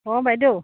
অ' বাইদেউ